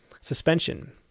Suspension